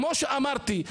כמו שאמרתי,